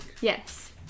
Yes